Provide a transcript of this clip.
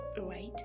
right